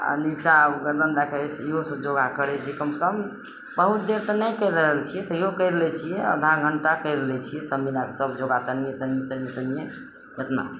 आओर निच्चा उ गर्दन दए कए इहो सब योगा करय छियै कम कम बहुत देर तऽ नहि करि रहल छियै तैयो करि लै छियै आधा घण्टा करि लै छियै सब मिला सब योगा कनियेँ कनियेँ कनियेँ कनियेँ केतना